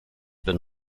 bin